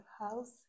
house